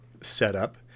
setup